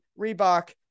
Reebok